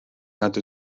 nad